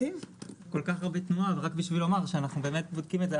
כל כך הרבה תנועה רק בשביל למור שאנחנו באמת בודקים את זה.